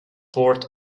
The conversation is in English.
port